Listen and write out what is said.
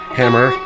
hammer